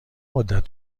مدت